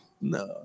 no